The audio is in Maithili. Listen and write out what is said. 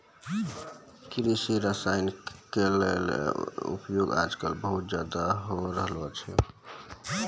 कृषि रसायन केरो उपयोग आजकल बहुत ज़्यादा होय रहलो छै